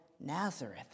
Nazareth